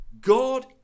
God